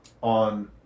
on